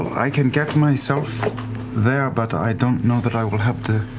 i can get myself there, but i don't know that i will have the